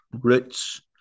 roots